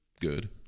good